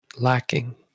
Lacking